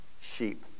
sheep